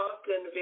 often